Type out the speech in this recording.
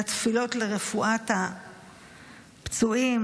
לתפילות לרפואת הפצועים,